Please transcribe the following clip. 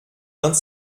vingt